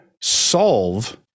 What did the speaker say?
solve